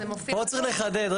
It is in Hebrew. פה צריך לחדד.